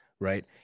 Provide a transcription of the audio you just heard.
right